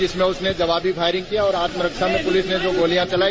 जिसमें उसने जवाबी फायरिंग किया और आत्म रक्षा में पुलिस ने जो गोलियां चलाई